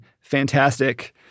fantastic